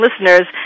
listeners